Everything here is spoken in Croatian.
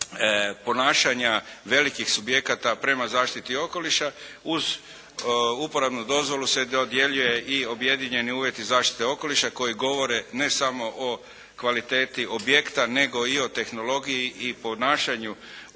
ponašanja velikih subjekata prema zaštiti okoliša uz uporabnu dozvolu se dodjeljuje i objedinjeni uvjeti zaštite okoliša koji govore ne samo o kvaliteti objekti nego i o tehnologiji i ponašanju